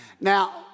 Now